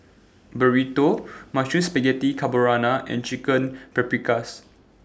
Burrito Mushroom Spaghetti Carbonara and Chicken Paprikas